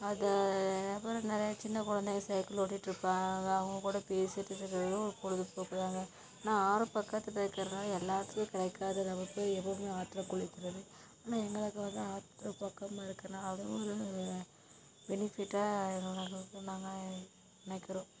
அதை அப்பறம் நிறைய சின்ன குழந்தைங்க சைக்கிள் ஓட்டிட்டிருப்பாங்க அங்கே அவங்க கூட பேசிட்டு இருக்கிறது ஒரு பொழுதுபோக்கு தாங்க ஆனால் ஆறு பக்கத்தில் இருக்கிறனால எல்லாத்துக்கும் கிடைக்காத நம்ம போய் எப்பவுமே ஆற்றில் குளிக்கிறது ஆனால் எங்களுக்கு வந்து ஆற்று பக்கமாக இருக்கிறனால அதுவும் ஒரு பெனிஃபிட்டாக எங்களை நாங்கள் நாங்கள் நினைக்கிறோம்